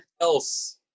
else